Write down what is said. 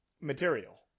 material